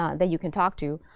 ah that you can talk to.